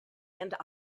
and